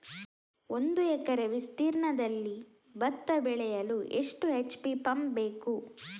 ಒಂದುಎಕರೆ ವಿಸ್ತೀರ್ಣದಲ್ಲಿ ಭತ್ತ ಬೆಳೆಯಲು ಎಷ್ಟು ಎಚ್.ಪಿ ಪಂಪ್ ಬೇಕು?